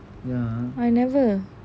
I never